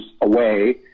away